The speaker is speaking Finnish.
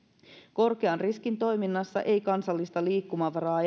korkean riskin toiminnassa ei kansallista liikkumavaraa